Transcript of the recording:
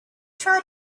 try